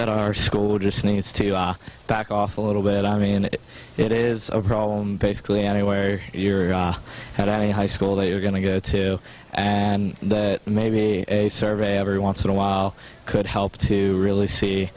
that our school just needs to back off a little bit i mean it is a problem basically any way you're at any high school they are going to go to and that maybe a survey every once in awhile could help to really see